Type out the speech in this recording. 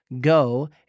Go